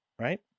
right